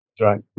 Right